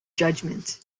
judgment